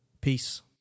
Peace